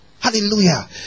Hallelujah